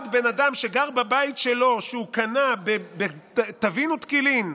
בן אדם שגר בבית שלו, הוא קנה טבין ותקילין,